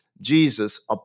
Jesus